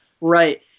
Right